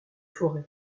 forez